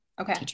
okay